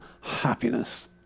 Happiness